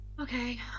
Okay